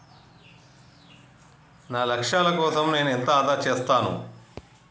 నా లక్ష్యాల కోసం నేను ఎంత ఆదా చేస్తాను?